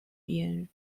been